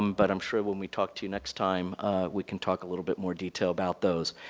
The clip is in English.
um but i'm sure when we talk to you next time we can talk a little bit more detail about those.